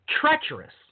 treacherous